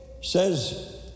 says